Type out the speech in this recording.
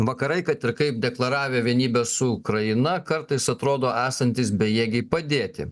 vakarai kad ir kaip deklaravę vienybę su ukraina kartais atrodo esantys bejėgiai padėti